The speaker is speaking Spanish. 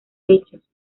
hechos